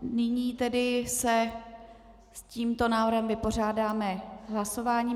Nyní se tedy s tímto návrhem vypořádáme hlasováním.